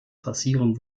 passieren